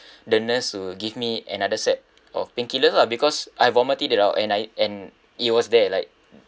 the nurse to give me another set of painkillers lah because I vomited it out and I and it was there like